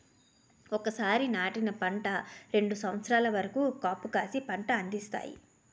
ఒకసారి నాటిన పంట రెండు సంవత్సరాల వరకు కాపుకాసి పంట అందిస్తాయి